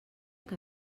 que